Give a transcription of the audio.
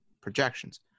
projections